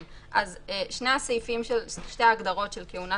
שתי הגדרות של כהונה